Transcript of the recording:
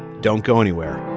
don't go anywhere